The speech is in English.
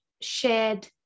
shared